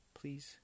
please